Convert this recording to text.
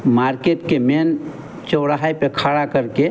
market के main चौराहे पर खड़ा करके